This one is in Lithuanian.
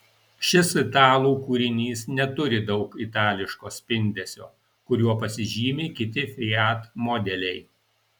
šis italų kūrinys neturi daug itališko spindesio kuriuo pasižymi kiti fiat modeliai